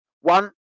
one